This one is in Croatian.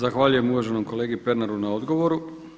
Zahvaljujem uvaženom kolegi Pernaru na odgovoru.